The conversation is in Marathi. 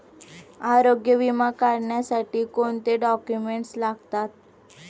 आरोग्य विमा काढण्यासाठी कोणते डॉक्युमेंट्स लागतात?